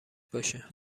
باشه